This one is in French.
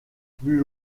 plus